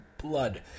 blood